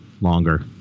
longer